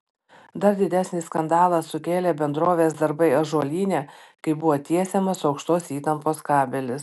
dar didesnį skandalą sukėlė bendrovės darbai ąžuolyne kai buvo tiesiamas aukštos įtampos kabelis